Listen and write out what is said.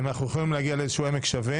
אם אנחנו יכולים להגיע לאיזשהו עמק שווה